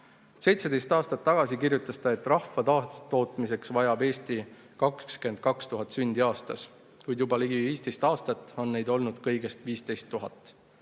17 aastat tagasi kirjutas ta, et rahva taastootmiseks vajab Eesti 22 000 sündi aastas, kuid juba ligi 15 aastat on neid olnud kõigest 15